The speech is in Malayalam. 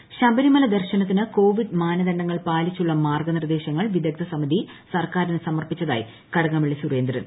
പി സൂര്യേന്ദ്രൻ ശബരിമല ദർശനത്തിന് കോവിഡ് മാനദണ്ഡങ്ങൾ പാലിച്ചുള്ള മാർഗ്ഗനിർദ്ദേശങ്ങൾ വിദഗ്ദ്ധ സമിതി സർക്കാരിന് സമർപ്പിച്ചതായി കടകംപള്ളി സുരേന്ദ്രൻ